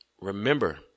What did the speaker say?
remember